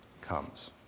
comes